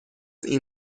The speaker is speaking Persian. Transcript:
این